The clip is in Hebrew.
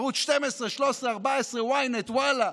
ערוץ 12, 13, 14, ynet, וואלה,